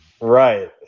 Right